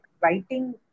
writing